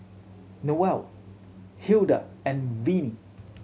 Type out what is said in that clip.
Newell Hilda and Vinie